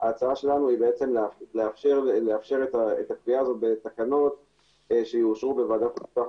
ההצעה שלנו היא לאפשר את הקריאה בתקנות שיאושרו בוועדת חוקה,